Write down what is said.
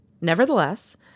Nevertheless